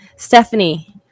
Stephanie